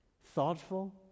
thoughtful